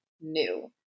new